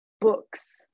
books